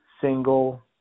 single